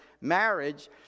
marriage